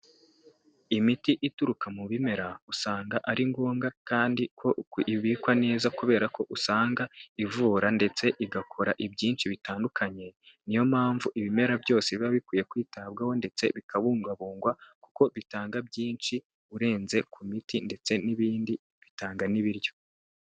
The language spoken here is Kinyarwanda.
Imiti ituruka mu bimera usanga ari ngombwa kandi ko ibikwa neza kubera ko usanga ivura ndetse igakora ibyinshi bitandukanye, ni yo mpamvu ibimera byose biba bikwiye kwitabwaho ndetse bikabungabungwa, kuko bitanga byinshi urenze ku miti ndetse n'ibindi, bitanga n'ibiryo.